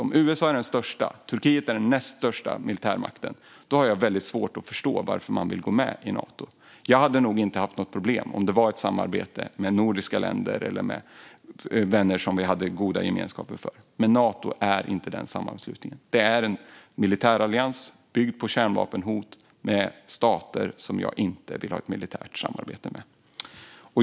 Om USA är den största militärmakten och Turkiet den näst största har jag väldigt svårt att förstå varför man vill gå med i Nato. Jag hade nog inte haft problem om det handlat om ett samarbete med nordiska länder eller med vänner som vi har god gemenskap med, men Nato är inte en sådan sammanslutning. Det är en militärallians byggd på kärnvapenhot med stater som jag inte vill ha ett militärt samarbete med.